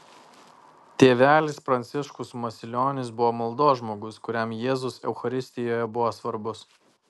tėvelis pranciškus masilionis buvo maldos žmogus kuriam jėzus eucharistijoje buvo svarbus